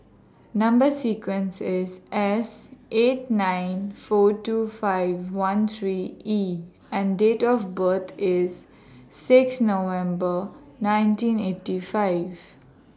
Number sequence IS S eight nine four two five one three E and Date of birth IS six November nineteen eighty five